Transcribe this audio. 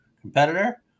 competitor